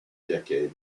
decade